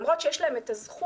למרות שיש להם הזכות,